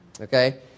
okay